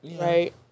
Right